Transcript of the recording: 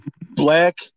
black